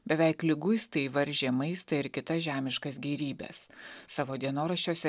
beveik liguistai varžė maistą ir kitas žemiškas gėrybes savo dienoraščiuose